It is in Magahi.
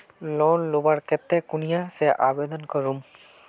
लोन लुबार केते कुनियाँ से आवेदन करूम?